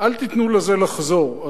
אל תיתנו לזה לחזור.